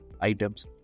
items